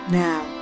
now